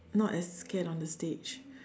not as scared on the stage